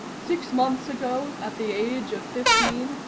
six months ago, at the age of fifteen,